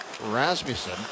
Rasmussen